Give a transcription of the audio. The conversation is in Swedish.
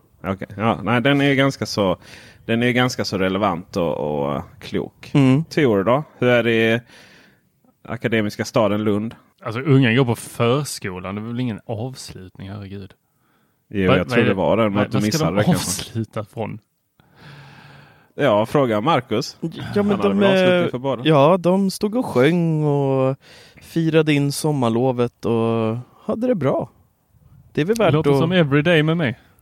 Okej. Ja, nej, den är ju ganska så- den är ju ganska så relevant och- och klok. Mm. Theo då? Hur är det i Akademiska staden Lund? Alltså, ungen går på förskolan. Det är väl ingen avslutning, herregud. Jo, Vad- jag vad tror är det det- var den, men vad- att du vad ska de missade det kanske. avsluta från? Ja, fråga Marcus. Ja, men Han hade de väl avslutning är- för båda. Ja, de stod och sjöng och firade in sommarlovet och hade det bra. Det är väl Det värt låter att- som everyday med mig.